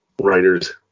writers